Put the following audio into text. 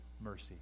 mercy